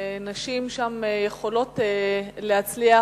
נשים שם יכולות להצליח,